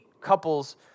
couples